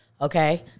Okay